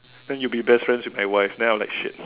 then you be best friends with my wife then I'm like shit